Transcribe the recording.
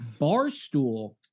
Barstool –